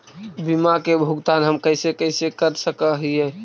बीमा के भुगतान हम कैसे कैसे कर सक हिय?